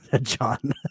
John